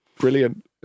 Brilliant